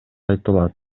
айтылат